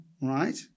right